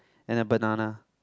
and a banana